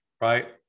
right